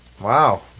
Wow